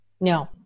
No